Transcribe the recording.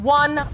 one